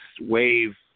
wave